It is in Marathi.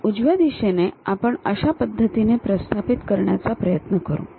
तर उजव्या दिशेने आपण अशा पद्धतीने प्रस्थापित करण्याचा प्रयत्न करू